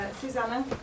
Susanna